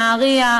נהריה,